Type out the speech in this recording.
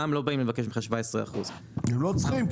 מע"מ לא באים לבקש ממך 17%. הם גם לא צריכים,